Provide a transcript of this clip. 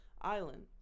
Island